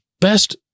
best